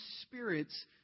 spirits